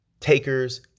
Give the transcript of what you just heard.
takers